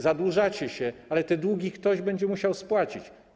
Zadłużacie się, ale te długi ktoś będzie musiał spłacić.